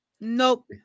Nope